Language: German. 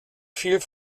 viel